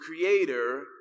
creator